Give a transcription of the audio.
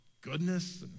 goodness